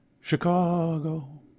Chicago